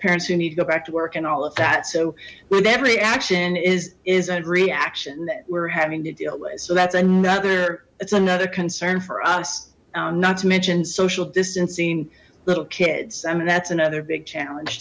parents who need to go back to work and all of that so with every action is is a reaction that we're having to deal with so that's enough it's another concern for us not to mention social distancing little kids i mean that's another big challenge